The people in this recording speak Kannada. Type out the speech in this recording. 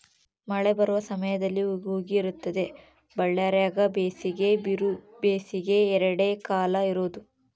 ಮಳೆ ಬರುವ ಸಮಯದಲ್ಲಿ ಹುಗಿ ಹುಗಿ ಇರುತ್ತದೆ ಬಳ್ಳಾರ್ಯಾಗ ಬೇಸಿಗೆ ಬಿರುಬೇಸಿಗೆ ಎರಡೇ ಕಾಲ ಇರೋದು